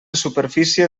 superfície